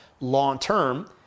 long-term